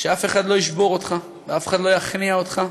שאף אחד לא ישבור אותך ואף אחד לא יכניע אותך,